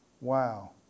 wow